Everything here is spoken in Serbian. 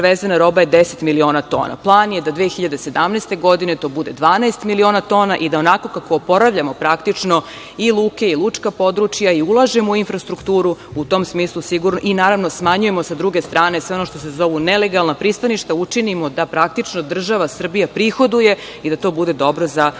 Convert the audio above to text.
prevezena roba je 10 miliona tona. Plan je da 2017. godine to bude 12 miliona tona i da onako kako oporavljamo i luke i lučka područja i ulažemo u infrastrukturu, i naravno, smanjujemo sa druge strane sve ono što se zove nelegalna pristaništa, učinimo da praktično država Srbija prihoduje i da to bude dobro za razvoj